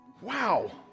Wow